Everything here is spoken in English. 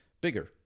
bigger